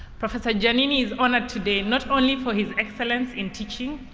professor giannini is honored today not only for his excellence in teaching,